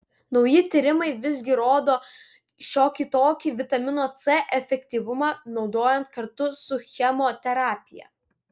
nauji tyrimai visgi rodo šiokį tokį vitamino c efektyvumą naudojant kartu su chemoterapija